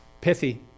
Pithy